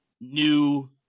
new